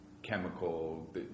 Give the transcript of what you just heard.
chemical